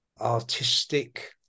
artistic